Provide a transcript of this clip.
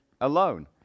alone